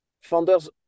founders